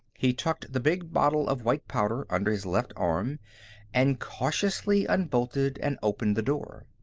he tucked the big bottle of white powder under his left arm and cautiously unbolted and opened the door.